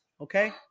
okay